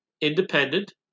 independent